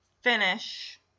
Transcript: finish